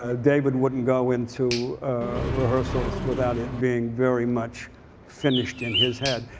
ah david wouldn't go into rehearsals without it being very much finished in his head.